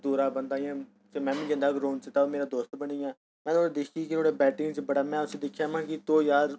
दूरा बंदा इ'यां ते में मीं जंदा हा ग्राउंड च तां ओह् मेरा दोस्त बनी आ में ते इंटरेस्टिड हा नुआढ़ी बैटिंग च बड़ा में उ'सी दिक्खेआ महां कि तू यार